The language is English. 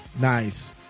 Nice